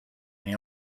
may